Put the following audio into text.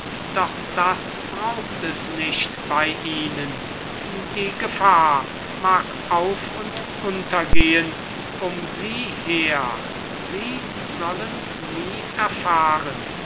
doch das braucht es nicht bei ihnen die gefahr mag auf und untergehen um sie her sie sollens nie erfahren